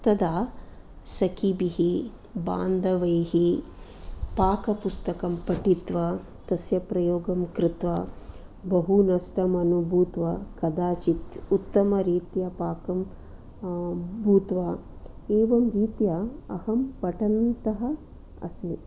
तदा सखीभिः बान्धवैः पाकपुस्तकं पठित्वा तस्य प्रयोगं कृत्त्वा बहु नष्टम् अनुभूत्त्वा कदाचित् उत्तमरीत्या पाकं भूत्त्वा एवं रीत्या अहं पठन्तः अस्मि